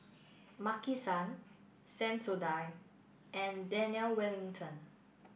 Maki San Sensodyne and Daniel Wellington